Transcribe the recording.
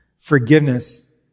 Forgiveness